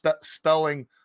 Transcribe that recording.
spelling